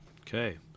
Okay